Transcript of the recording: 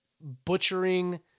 Butchering